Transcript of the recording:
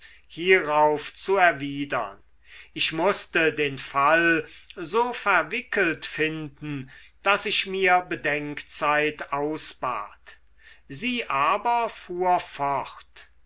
hierauf zu erwidern ich mußte den fall so verwickelt finden daß ich mir bedenkzeit ausbat sie aber fuhr fort